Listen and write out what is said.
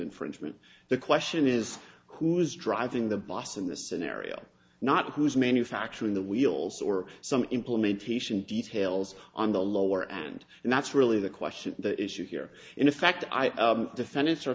infringement the question is who is driving the bus in this scenario not who's manufacturing the wheels or some implementation details on the lower end and that's really the question the issue here in effect i defend it's are